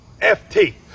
F-T